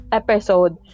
episode